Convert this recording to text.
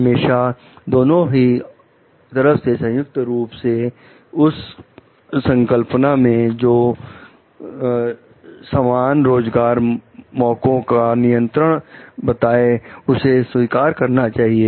हमेशा दोनों ही तरफ से संयुक्त रुप से उस उस संकल्पना में जो समान रोजगार मोको का नियंत्रण बताएं उसे स्वीकार करना चाहिए